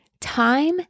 Time